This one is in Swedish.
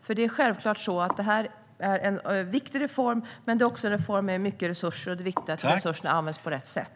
LSS är en viktig reform, men det är en reform som omfattar mycket resurser. Det är viktigt att resurserna används på rätt sätt.